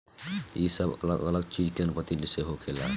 ई सब अलग अलग चीज के अनुमति से होखेला